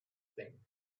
thing